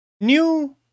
new